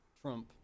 Trump